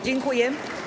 Dziękuję.